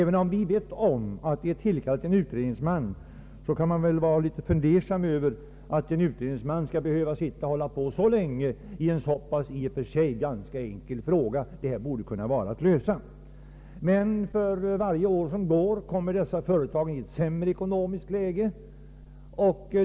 Vi vet att en utredningsman är tillkallad, men man tycker att en så pass enkel fråga borde kunna lösas något snabbare. För varje år som går kommer dessa företag i ett sämre ekonomiskt läge.